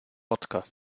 wodka